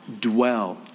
dwell